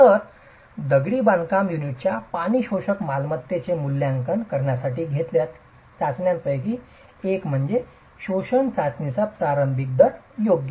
तर दगडी बांधकाम युनिटच्या पाणी शोषक मालमत्तेचे मूल्यांकन करण्यासाठी घेतलेल्या चाचण्यांपैकी एक म्हणजे शोषण चाचणीचा प्रारंभिक दर योग्य